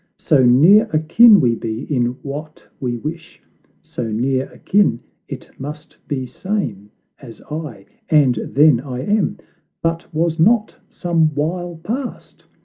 so near akin we be in what we wish so near akin it must be same as i. and then i am but was not some while past?